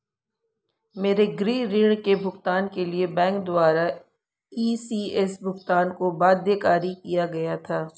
मेरे गृह ऋण के भुगतान के लिए बैंक द्वारा इ.सी.एस भुगतान को बाध्यकारी किया गया था